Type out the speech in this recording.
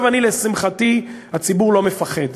לשמחתי, הציבור לא מפחד.